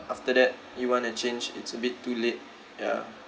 after that you want to change it's a bit too late ya